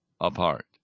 apart